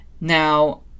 Now